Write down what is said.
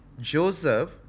Joseph